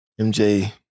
MJ